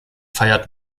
feiert